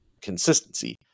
consistency